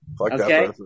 Okay